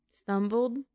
Stumbled